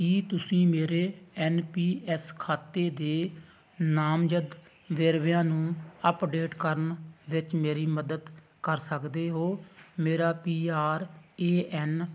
ਕੀ ਤੁਸੀਂ ਮੇਰੇ N P S ਖਾਤੇ ਦੇ ਨਾਮਜ਼ਦ ਵੇਰਵਿਆਂ ਨੂੰ ਅੱਪਡੇਟ ਕਰਨ ਵਿੱਚ ਮੇਰੀ ਮਦਦ ਕਰ ਸਕਦੇ ਹੋ ਮੇਰਾ ਪੀ ਆਰ ਏ ਐੱਨ